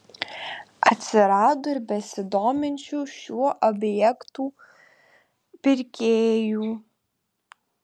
atsirado ir besidominčių šiuo objektu pirkėjų